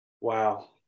Wow